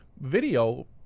Video